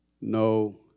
no